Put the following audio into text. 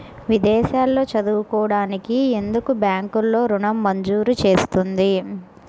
విదేశాల్లో చదువుకోవడానికి ఎందుకు బ్యాంక్లలో ఋణం మంజూరు చేస్తుంది?